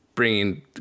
bringing